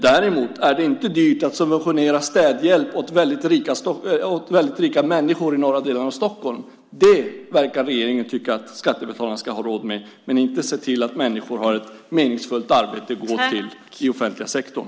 Däremot är det inte dyrt att subventionera städhjälp åt väldigt rika människor i norra delarna av Stockholm. Det verkar regeringen tycka att skattebetalarna ska ha råd med men inte att se till att människor har ett meningsfullt arbete att gå till i offentliga sektorn.